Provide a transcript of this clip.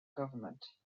government